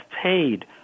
paid